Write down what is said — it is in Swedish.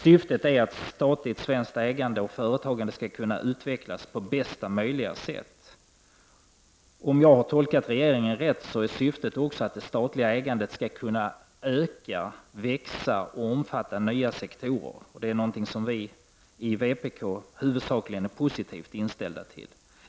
Syftet är att statligt ägande och företagande skall kunna utvecklas på bästa möjliga sätt. Om jag har tolkat regeringen rätt är syftet också att det statliga ägandet skall kunna öka, växa och omfatta nya sektorer. Det är något som vi i vpk huvudsakligen är positivt inställda till.